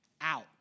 out